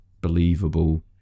believable